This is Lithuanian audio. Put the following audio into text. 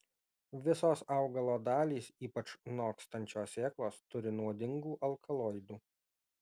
visos augalo dalys ypač nokstančios sėklos turi nuodingų alkaloidų